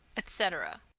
etc.